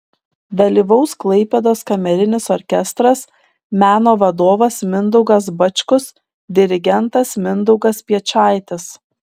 dalyvaus klaipėdos kamerinis orkestras meno vadovas mindaugas bačkus dirigentas mindaugas piečaitis